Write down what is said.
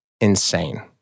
insane